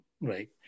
Right